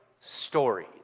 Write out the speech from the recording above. stories